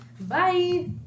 Bye